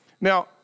Now